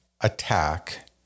attack